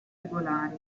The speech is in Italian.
regolari